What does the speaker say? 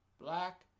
Black